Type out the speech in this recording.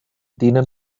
denen